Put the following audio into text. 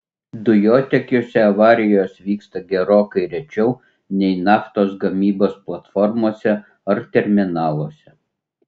dujotiekiuose avarijos įvyksta gerokai rečiau nei naftos gavybos platformose ar terminaluose